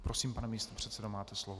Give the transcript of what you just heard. Prosím, pane místopředsedo, máte slovo.